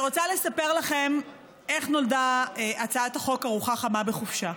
אני רוצה לספר לכם איך נולדה הצעת החוק ארוחה חמה בחופשה.